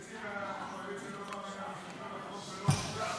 חצי מהקואליציה לא מאמינה בשלטון החוק ולא רוצה שלטון חוק.